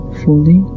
fully